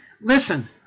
listen